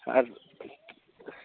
আচ্ছা